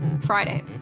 Friday